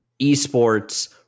esports